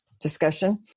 discussion